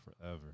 forever